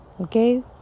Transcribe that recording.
Okay